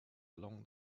along